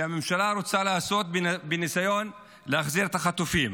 שהממשלה רוצה לעשות בניסיון להחזיר את החטופים.